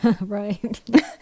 Right